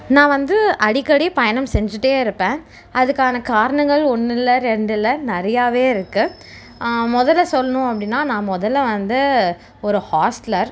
நான் வந்து அடிக்கடி பயணம் செஞ்சிகிட்டே இருப்பேன் அதுக்கான காரணங்கள் ஒன்றில்ல ரெண்டில்ல நிறையாவே இருக்கு முதல்ல சொல்லணும் அப்படின்னா நான் முதல்ல வந்து ஒரு ஹாஸ்ட்லர்